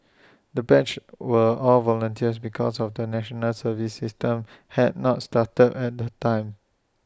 the batch were all volunteers because of National Service system had not started at the time